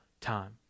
time